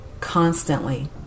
constantly